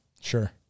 Sure